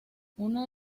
uno